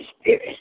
Spirit